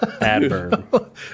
Adverb